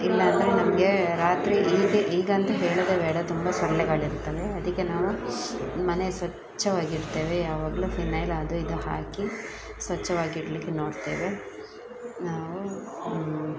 ಇಲ್ಲಾಂದರೆ ನಮಗೆ ರಾತ್ರಿ ಈಗಂತೂ ಹೇಳೋದೇ ಬೇಡ ತುಂಬ ಸೊಳ್ಳೆಗಳಿರ್ತವೆ ಅದಕ್ಕೆ ನಾವು ಮನೆ ಸ್ವಚ್ಛವಾಗಿಡ್ತೇವೆ ಯಾವಾಗಲೂ ಫಿನೈಲ್ ಅದು ಇದು ಹಾಕಿ ಸ್ವಚ್ಛವಾಗಿಡಲಿಕ್ಕೆ ನೋಡ್ತೇವೆ ನಾವು